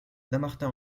dammartin